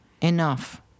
enough